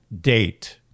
date